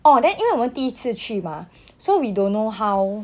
orh then 因为我第一次去 mah so we don't know how